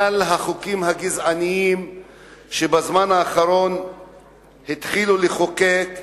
סל החוקים הגזעניים שבזמן האחרון התחילו לחוקק,